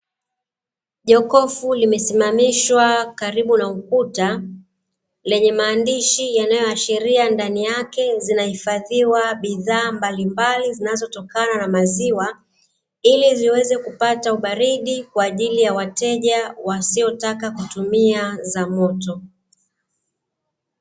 Jokofu limesimamishwa karibu na ukuta, lenye maandishi yanayoashiria ndani yake zinahifadhiwa bidhaa mbalimbali zinazotokana na maziwa, ili ziweze kupata ubaridi kwa ajili ya wateja wasiotaka kutumia za moto.